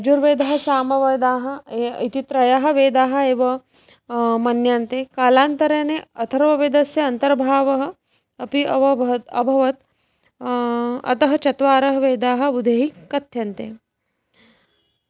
यजुर्वेदः सामवेदः ए इति त्रयः वेदाः एव मन्यन्ते कालान्तरेण अथर्ववेदस्य अन्तर्भावः अपि अभवत् अभवत् अतः चत्वारः वेदाः बुधैः कथ्यन्ते